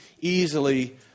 easily